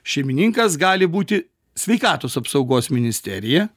šeimininkas gali būti sveikatos apsaugos ministerija